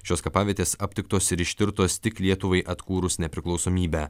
šios kapavietės aptiktos ir ištirtos tik lietuvai atkūrus nepriklausomybę